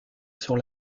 sur